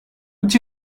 which